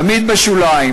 תמיד בשוליים,